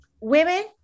women